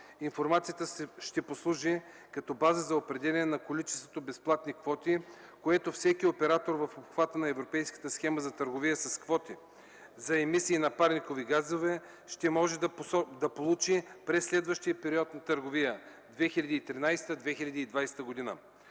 Информацията ще послужи като база за определяне на количеството безплатни квоти, което всеки оператор в обхвата на Европейската схема за търговия с квоти за емисии на парникови газове ще може да получи през следващия период на търговия (2013-2020 г.).